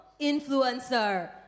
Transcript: influencer